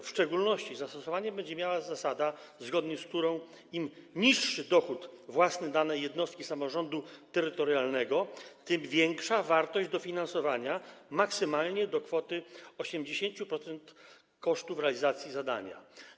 W szczególności zastosowanie będzie miała zasada, zgodnie z którą im niższy dochód własny danej jednostki samorządu terytorialnego, tym większa wartość dofinansowania, maksymalnie do kwoty 80% kosztów realizacji zadania.